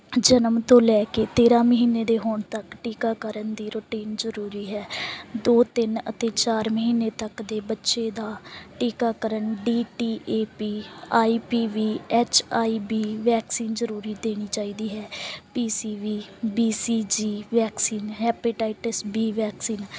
ਜਨਮ ਤੋਂ ਲੈ ਕੇ ਤੇਰ੍ਹਾਂ ਮਹੀਨੇ ਦੇ ਹੋਣ ਤੱਕ ਟੀਕਾਕਰਨ ਦੀ ਰੁਟੀਨ ਜ਼ਰੂਰੀ ਹੈ ਦੋ ਤਿੰਨ ਅਤੇ ਚਾਰ ਮਹੀਨੇ ਤੱਕ ਦੇ ਬੱਚੇ ਦਾ ਟੀਕਾਕਰਨ D T A P I P V H I B vaccine ਜ਼ਰੂਰੀ ਦੇਣੀ ਚਾਹੀਦੀ ਹੈ P C V B C G vaccine hepatitis B vaccine